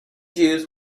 jews